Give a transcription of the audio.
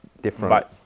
different